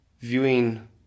Viewing